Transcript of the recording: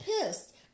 pissed